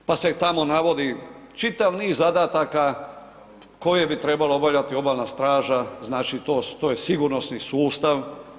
Pa se tamo navodi čitav niz zadataka koje bi trebalo obavljati obalna straža, znači to je sigurnosni sustav.